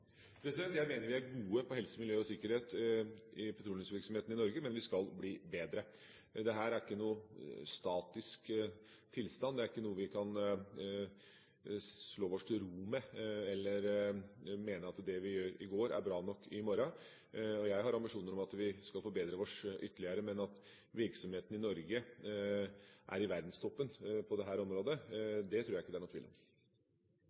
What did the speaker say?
Jeg mener vi er gode på helse, miljø og sikkerhet i petroleumsvirksomheten i Norge, men vi skal bli bedre. Dette er ikke en statisk tilstand – det er ikke noe vi kan slå oss til ro med, eller mene at det vi gjorde i går, er bra nok i morgen. Jeg har ambisjoner om at vi skal forbedre oss ytterligere, men at virksomheten i Norge er i verdenstoppen på dette området, tror jeg ikke det er noen tvil om.